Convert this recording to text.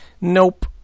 nope